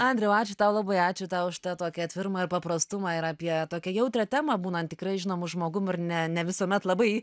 andriau ačiū tau labai ačiū tau už tą tokį atvirumą paprastumą ir apie tokią jautrią temą būnant tikrai žinomu žmogum ar ne ne visuomet labai